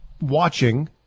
watching